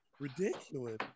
Ridiculous